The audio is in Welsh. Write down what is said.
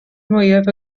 mwyaf